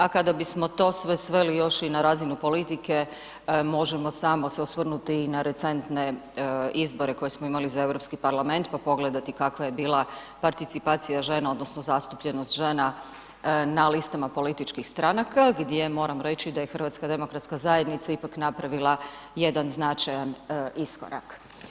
A kada bismo to sve sveli još i na razinu politike možemo samo se osvrnuti i na recentne izbore koje smo imali za Europski parlament pa pogledati kakva je bila participacija žena, odnosno zastupljenost žena na listama političkih stranaka gdje moram reći da je HDZ ipak napravila jedan značajan iskorak.